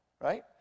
right